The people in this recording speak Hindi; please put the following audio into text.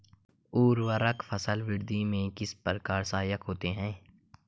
उर्वरक फसल वृद्धि में किस प्रकार सहायक होते हैं?